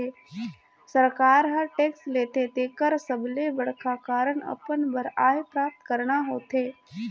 सरकार हर टेक्स लेथे तेकर सबले बड़खा कारन अपन बर आय प्राप्त करना होथे